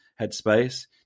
headspace